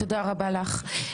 תודה רבה לך.